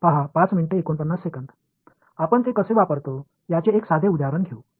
அவற்றை எவ்வாறு பயன்படுத்துகிறோம் என்பதற்கு ஒரு எளிய உதாரணத்தை எடுத்துக்கொள்வோம்